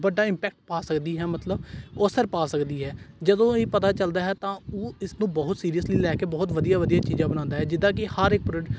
ਵੱਡਾ ਇਮਪੈਕਟ ਪਾ ਸਕਦੀ ਹੈ ਮਤਲਬ ਅਸਰ ਪਾ ਸਕਦੀ ਹੈ ਜਦੋਂ ਇਹ ਪਤਾ ਚੱਲਦਾ ਹੈ ਤਾਂ ਉਹ ਇਸਨੂੰ ਬਹੁਤ ਸੀਰੀਅਸਲੀ ਲੈ ਕੇ ਬਹੁਤ ਵਧੀਆ ਵਧੀਆ ਚੀਜ਼ਾਂ ਬਣਾਉਂਦਾ ਜਿੱਦਾਂ ਕਿ ਹਰ ਇੱਕ ਪੋ